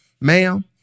ma'am